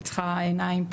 היא צריכה עיניים,